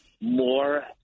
more